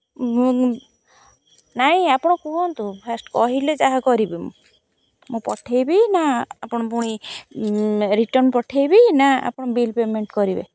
ନାଇଁ ଆପଣ କୁହନ୍ତୁ ଫାଷ୍ଟ୍ କହିଲେ ଯାହା କରିବି ମୁଁ ମୁଁ ପଠାଇବି ନା ଆପଣ ପୁଣି ରିଟର୍ନ୍ ପଠାଇବି ନା ଆପଣ ବିଲ୍ ପେମେଣ୍ଟ୍ କରିବେ